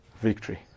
Victory